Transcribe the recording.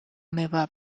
meua